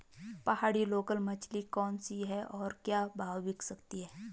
पहाड़ी लोकल मछली कौन सी है और क्या भाव बिकती है?